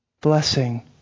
Blessing